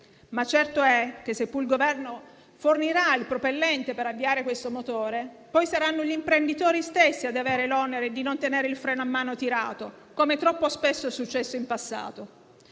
è certo che, seppure il Governo fornirà il propellente per avviare questo motore, poi saranno gli imprenditori stessi ad avere l'onere di non tenere il freno a mano tirato, come troppo spesso è successo in passato.